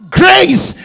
grace